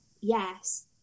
Yes